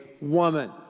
woman